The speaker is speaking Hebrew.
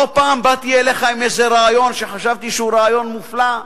לא פעם באתי אליך עם איזה רעיון שחשבתי שהוא רעיון מופלא,